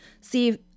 see